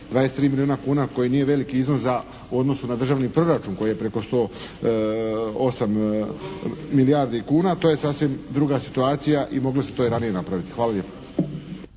23 milijuna kuna koji nije veliki iznos za, u odnosu na državni proračun koji je preko 108 milijardi kuna. To je sasvim druga situacija i moglo se to i ranije napraviti. Hvala lijepo.